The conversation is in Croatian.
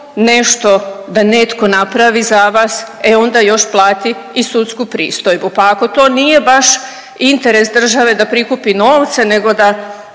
nešto da netko napravi za vas e onda još plati i sudsku pristojbu. Pa ako to nije baš interes države da prikupi novce nego da